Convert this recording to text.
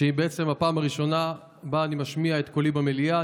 שהיא בעצם הפעם הראשונה שבה אני משמיע את קולי במליאה,